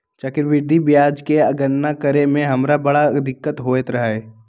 चक्रवृद्धि ब्याज के गणना करे में हमरा बड़ दिक्कत होइत रहै